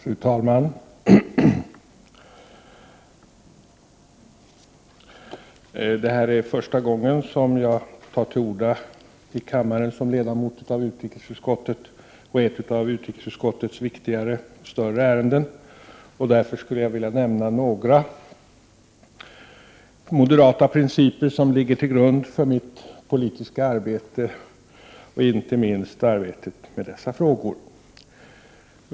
Fru talman! Det här är första gången jag tar till orda i kammaren som ledamot av utrikesutskottet, och i ett av utrikesutskottets viktigare och större ärenden. Därför vill jag nämna några moderata principer som ligger till grund för mitt politiska arbete, inte minst arbetet med dessa frågor.